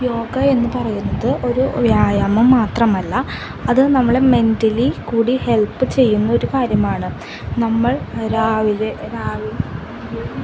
യോഗ എന്നു പറയുന്നത് ഒരു വ്യായാമം മാത്രമല്ല അത് നമ്മളെ മെൻറ്റലി കൂടി ഹെൽപ്പ് ചെയ്യുന്നൊരു കാര്യമാണ് നമ്മൾ രാവിലെ രാവിലെയും